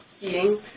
seeing